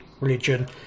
religion